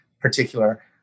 particular